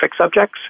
subjects